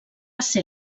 ser